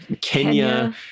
Kenya